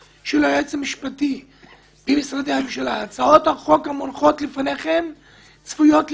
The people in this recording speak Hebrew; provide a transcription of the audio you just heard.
יאיר לפיד --- ראש המפלגה שלך כן, אבל שלי לא.